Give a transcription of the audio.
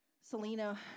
Selena